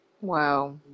Wow